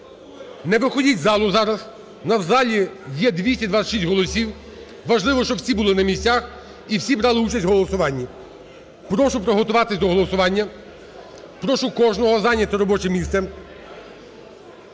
не виходіть з залу зараз, у нас в залі є 226 голосів. Важливо, щоб всі були на місцях і всі брали участь в голосуванні. Прошу приготуватись до голосування. Прошу кожного зайняти робоче місце.